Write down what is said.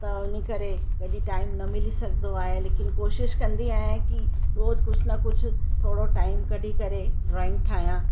त इन करे कॾहिं टाइम न मिली सघंदो आहे लेकिन कोशिशि कंदी आहियां की रोज़ु कुझु न कुझु थोरो टाइम कढी करे ड्रॉइंग ठाहियां